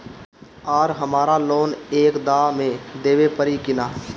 आर हमारा लोन एक दा मे देवे परी किना?